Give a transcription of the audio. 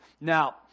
Now